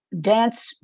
dance